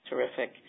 Terrific